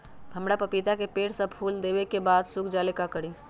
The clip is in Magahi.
हमरा पतिता के पेड़ सब फुल देबे के बाद सुख जाले का करी?